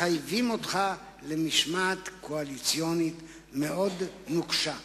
מחייבים אותך למשמעת קואליציונית נוקשה מאוד.